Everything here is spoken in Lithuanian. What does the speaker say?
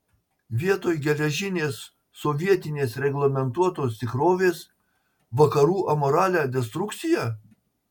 vietoj geležinės sovietinės reglamentuotos tikrovės vakarų amoralią destrukciją